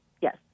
yes